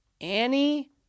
Annie